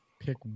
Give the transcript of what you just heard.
Pick